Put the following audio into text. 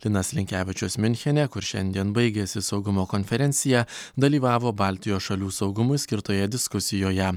linas linkevičius miunchene kur šiandien baigėsi saugumo konferencija dalyvavo baltijos šalių saugumui skirtoje diskusijoje